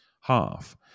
half